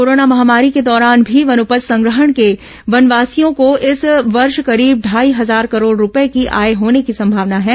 corona महामारी के दौरान भी वनोपज संग्रहण से वनवासियों को इस वर्ष करीब ढाई हजार करोड़ रूपये की आय होने की संभावना हे